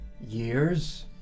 Years